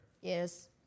Yes